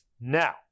Now